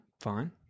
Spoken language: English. Fine